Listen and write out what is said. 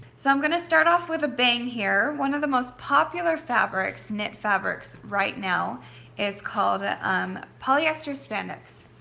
so i'm gonna start off with a bang here. one of the most popular fabrics, knit fabrics, right now is called ah um polyester spandex.